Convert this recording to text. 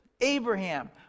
Abraham